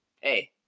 hey